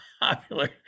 popular